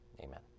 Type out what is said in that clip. amen